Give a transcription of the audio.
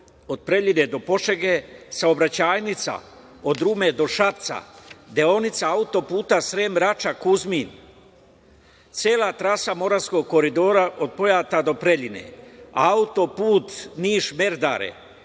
od Preljine do Požege, saobraćajnica od Rume do Šapca, deonica auto-puta Sremska Rača-Kuzmin, cela trasa Moravskog koridora od Pojata do Preljine, auto-put Niš-Merdare,